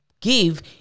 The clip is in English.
give